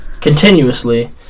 continuously